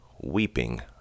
weeping